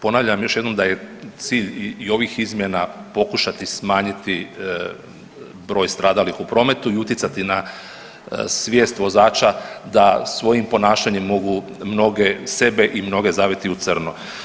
Ponavljam još jednom da je cilj i ovih izmjena pokušati smanjiti broj stradalih u prometu i utjecati na svijest vozača da svojim ponašanjem mogu mnoge sebe i mnoge zaviti u crno.